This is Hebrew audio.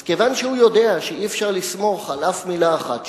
אז כיוון שהוא יודע שאי-אפשר לסמוך על אף מלה אחת שלו,